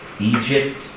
Egypt